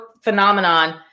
phenomenon